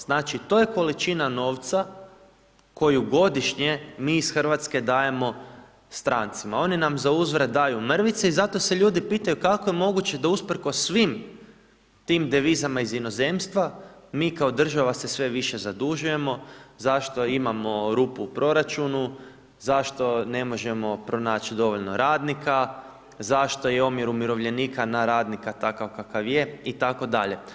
Znači, to je količina novca koju godišnje mi iz RH dajemo strancima, oni nam za uzvrat daju mrvice i zato se ljudi pitaju kako je moguće da usprkos svim tim devizama iz inozemstva, mi kao država se sve više zadužujemo, zašto imamo rupu u proračunu, zašto ne možemo pronać dovoljno radnika, zašto je omjer umirovljenika na radnika takav kakav je itd.